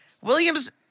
William's